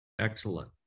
Excellent